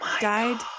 died